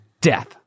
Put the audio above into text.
Death